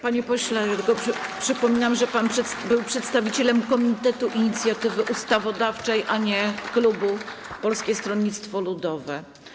Panie pośle, przypominam, że pan był przedstawicielem Komitetu Inicjatywy Ustawodawczej, a nie klubu Polskie Stronnictwo Ludowe.